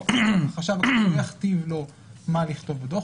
החשב כללי לא יכתיב לו מה לכתוב בדוח,